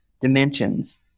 dimensions